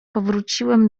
powróciłem